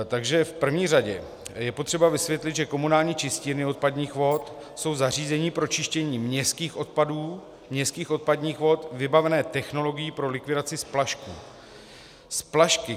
Takže v první řadě je potřeba vysvětlit, že komunální čistírny odpadních vod jsou zařízení pro čištění městských odpadů, městských odpadních vod, vybavené technologií pro likvidaci splašků.